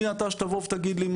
מי אתה שתבוא ותגיד לי,